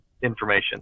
Information